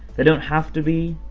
they don't have to be